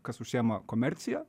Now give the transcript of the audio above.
kas užsiima komercija